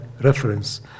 reference